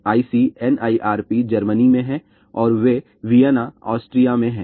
ICNIRP Germany में है और वे वियना ऑस्ट्रिया में हैं